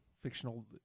fictional